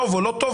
טוב או לא טוב,